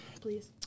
Please